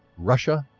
russia,